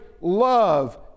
love